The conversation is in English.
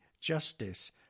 justice